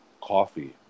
coffee